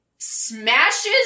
smashes